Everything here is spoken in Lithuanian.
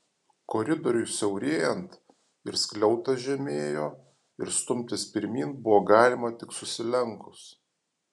koridoriui siaurėjant ir skliautas žemėjo ir stumtis pirmyn buvo galima tik susilenkus